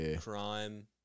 crime